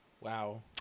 Wow